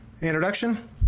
Introduction